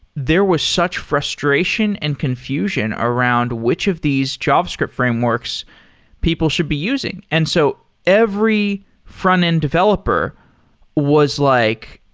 there was such frustration and confusion around which of these javascript frameworks people should be using? and so every frontend developer was like,